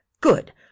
Good